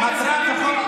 היא ההוכחה לכך.